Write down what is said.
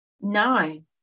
nine